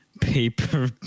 paper